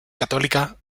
católica